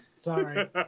Sorry